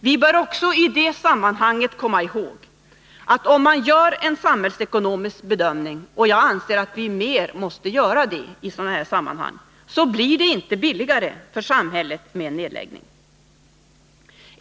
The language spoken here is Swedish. Vi bör också i det sammanhanget komma ihåg att om man gör en samhällsekonomisk bedömning — och jag anser att vi mer måste göra det i sådana här sammanhang — blir det inte billigare för samhället med en nedläggning.